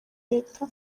leta